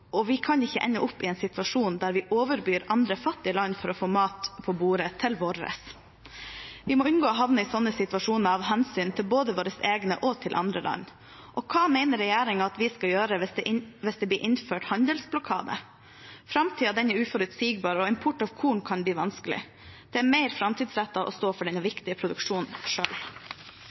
og vi kan ikke ende opp i en situasjon der vi overbyr andre, fattige land for å få mat på bordet til våre. Vi må unngå å havne i sånne situasjoner av hensyn til både våre egne og andre land. Og hva mener regjeringen at vi skal gjøre hvis det blir innført handelsblokade? Framtiden er uforutsigbar, og import av korn kan bli vanskelig. Det er mer framtidsrettet å stå for denne viktige produksjonen